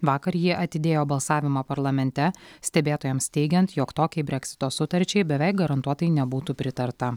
vakar jie atidėjo balsavimą parlamente stebėtojams teigiant jog tokiai breksito sutarčiai beveik garantuotai nebūtų pritarta